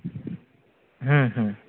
हं हं